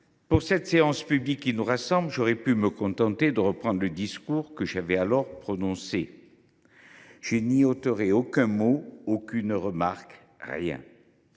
Pour cette séance publique qui nous rassemble, j’aurais pu me contenter de reprendre le discours que j’avais alors prononcé. Je n’y ôterais aucun mot, aucune remarque, rien !